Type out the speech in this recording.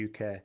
UK